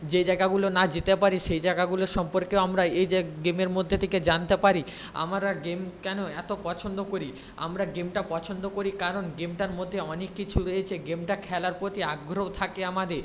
যে জায়গাগুলোয় না যেতে পারি সেই জায়গাগুলো সম্পর্কেও আমরা এই যে গেমের মধ্যে থেকে জানতে পারি আমরা গেম কেন এত পছন্দ করি আমরা গেমটা পছন্দ করি কারণ গেমটার মধ্যে অনেক কিছু রয়েছে গেমটা খেলার প্রতি আগ্রহ থাকে আমাদের